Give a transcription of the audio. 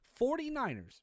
49ERS